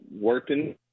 working